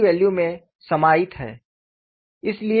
K की value में समाहित है